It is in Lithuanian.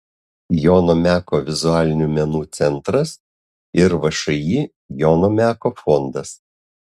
jono meko vizualinių menų centras ir všį jono meko fondas